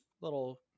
little